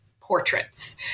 portraits